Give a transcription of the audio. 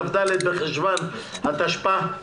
כ"ד בחשון התשפ"א.